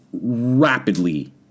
rapidly